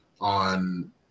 on